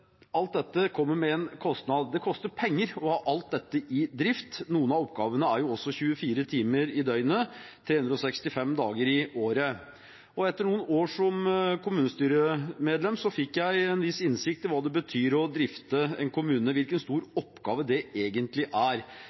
alt dette kommer med en kostnad. Det koster penger å ha alt dette i drift. Noen av oppgavene utføres også 24 timer i døgnet, 365 dager i året. Etter noen år som kommunestyremedlem fikk jeg en viss innsikt i hva det betyr å drifte en kommune, hvilken stor oppgave det egentlig er.